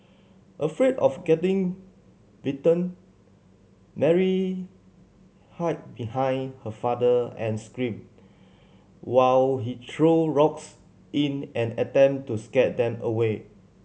afraid of getting bitten Mary hide behind her father and screamed while he threw rocks in an attempt to scare them away